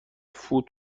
فود